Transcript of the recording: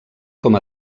com